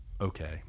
okay